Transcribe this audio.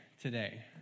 today